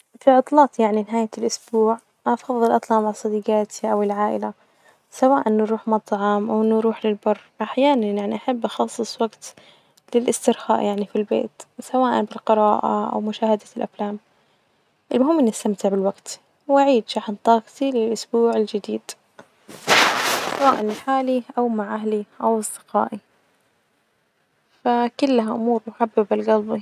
في عطلات يعني نهاية الإسبوع أفظل أطلع مع صديجاتي أو العائلة سواء نروح مطعم أو نروح للبر، أحيانا يعني أحب أخصص وجت للإسترخاء يعني في البيت سواء بالقراءة أو مشاهدة الأفلام، المهم إني أستمتع بالوجت وأعيد شحن طاقتي للإسبوع الجديد، سواء مع حالي أو مع أهلي أو أصدقائي، فكلها أمور محببة لجلبي.